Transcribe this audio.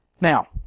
Now